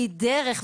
היא דרך,